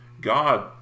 God